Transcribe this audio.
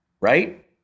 right